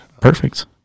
perfect